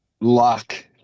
luck